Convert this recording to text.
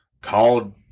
called